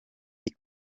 des